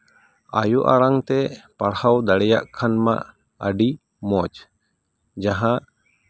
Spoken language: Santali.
ᱟᱭᱳ ᱟᱲᱟᱝ ᱛᱮ ᱯᱟᱲᱦᱟᱣ ᱫᱟᱲᱮᱭᱟᱜ ᱠᱷᱟᱱ ᱢᱟ ᱟᱹᱰᱤ ᱢᱚᱡᱽ ᱡᱟᱦᱟᱸ